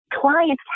Clients